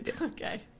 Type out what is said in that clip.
Okay